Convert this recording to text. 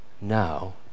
now